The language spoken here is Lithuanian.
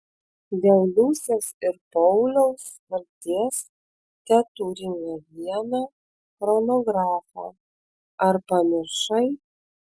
dėl liusės ir pauliaus kaltės teturime vieną chronografą ar pamiršai